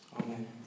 Amen